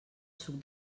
suc